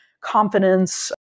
confidence